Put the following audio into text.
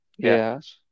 Yes